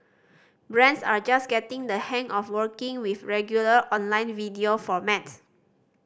brands are just getting the hang of working with regular online video formats